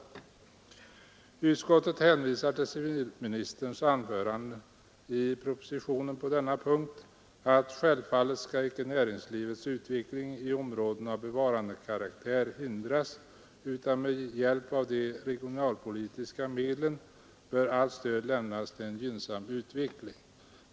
Utskottet hänvisar till civilministerns anförande i propositionen på denna punkt, att självfallet skall inte näringslivets utveckling i områden av bevarandekaraktär hindras, utan med hjälp av de regionalpolitiska medlen bör allt stöd lämnas till en gynnsam utveckling.